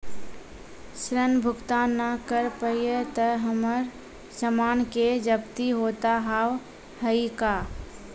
ऋण भुगतान ना करऽ पहिए तह हमर समान के जब्ती होता हाव हई का?